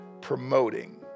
promoting